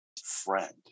friend